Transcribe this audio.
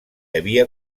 havia